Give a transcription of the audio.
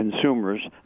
consumers